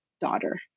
daughter